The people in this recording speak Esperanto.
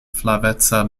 flaveca